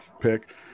pick